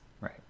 right